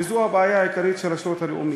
וזו הבעיה העיקרית של השירות הלאומי.